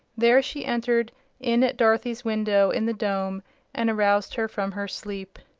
there she entered in at dorothy's window in the dome and aroused her from her sleep.